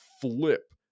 flip